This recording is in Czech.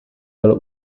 byl